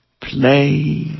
play